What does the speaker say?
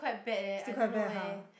still quite bad uh